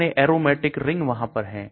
कितने aromatic ring वहां पर हैं